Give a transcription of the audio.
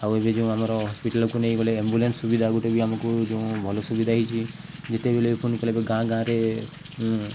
ଆଉ ଏବେ ଯେଉଁ ଆମ ହସ୍ପିଟାଲକୁ ନେଇ ଗଲେ ଆମ୍ବୁଲାନ୍ସ ସୁବିଧା ଗୋଟେ ବି ଆମକୁ ଯେଉଁ ଭଲ ସୁବିଧା ହେଇଛି ଯେତେବେଲେ ଫୁଣି ଗାଁ ଗାଁରେ